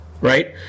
right